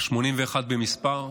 81 במספר,